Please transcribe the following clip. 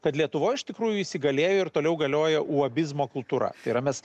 kad lietuvoj iš tikrųjų įsigalėjo ir toliau galioja uabizmo kultūra yra mes